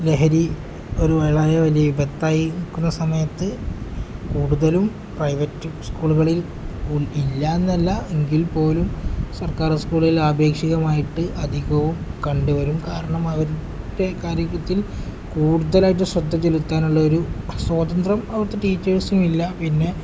ലഹരി ഒരു വളരെ വലിയ വിപത്തായി നിൽക്കുന്ന സമയത്ത് കൂടുതലും പ്രൈവറ്റ് സ്കൂളുകളിൽ ഇല്ല എന്നല്ല എങ്കിൽ പോലും സർക്കാർ സ്കൂളിൽ ആപേക്ഷികമായിട്ട് അധികവും കണ്ടുവരും കാരണം അവരുടെ കാര്യത്തിൽ കൂടുതലായിട്ട് ശ്രദ്ധ ചെലുത്താനുള്ള ഒരു സ്വാതന്ത്രം അവിടുത്തെ ടീച്ചേഴ്സും ഇല്ല പിന്നെ